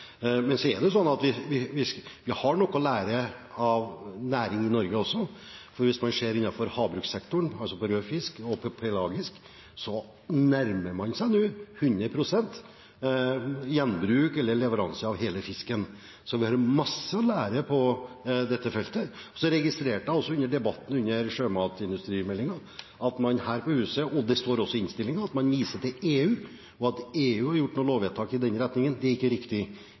vi har noe å lære av næring i Norge også, for hvis man ser på rød fisk og pelagisk fisk innenfor havbrukssektoren, nærmer man seg nå hundre prosent gjenbruk, eller leveranse, av hele fisken. Så vi har mye å lære på dette feltet. Så registrerte jeg også under debatten om sjømatindustrimeldingen at man her på huset, og det står også i innstillingen, viser til EU, og at EU har gjort noen lovvedtak i den retningen. Det er ikke riktig.